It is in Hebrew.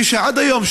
כשעד היום,